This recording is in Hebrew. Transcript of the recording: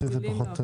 מבחינתי פחות,